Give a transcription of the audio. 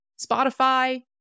Spotify